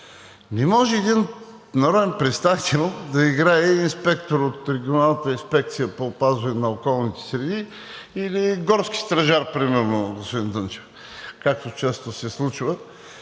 Не може един народен представител да играе инспектор от регионалната инспекция по опазване на околната среда или горски стражар примерно, господин Дунчев, както често се случва.